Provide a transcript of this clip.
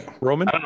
Roman